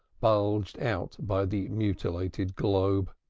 bulged out by the mutilated globe.